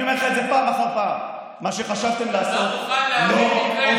אני אומר לך את זה פעם אחר פעם: מה שחשבתם לעשות לא עובד.